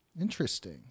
interesting